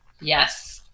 yes